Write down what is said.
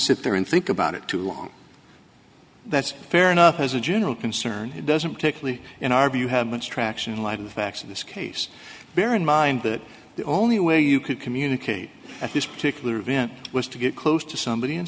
sit there and think about it too long that's fair enough as a general concern doesn't particularly in our view have been strax in light of the facts of this case bear in mind that the only way you could communicate at this particular event was to get close to somebody and